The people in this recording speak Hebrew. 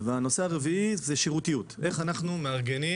הנושא הרביעי זה שירותיות איך אנחנו מארגנים